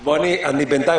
בינתיים,